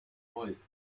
always